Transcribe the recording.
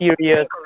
serious